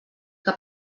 que